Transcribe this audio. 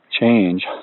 Change